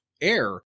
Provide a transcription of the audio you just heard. air